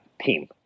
team